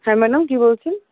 হ্যাঁ ম্যাডাম কী বলছেন